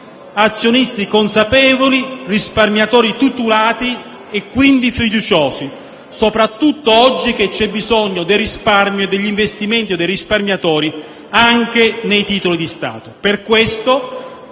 azionisti consapevoli, risparmiatori tutelati e quindi fiduciosi, soprattutto oggi che c'è bisogno del risparmio e degli investimenti dei risparmiatori anche nei titoli di Stato.